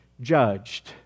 judged